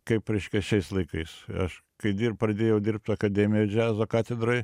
kaip reiškia šiais laikais aš kai pradėjau dirbt akademijoj džiazo katedroj